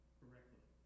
correctly